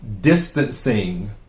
distancing